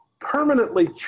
permanently